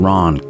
Ron